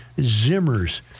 Zimmer's